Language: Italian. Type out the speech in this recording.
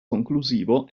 conclusivo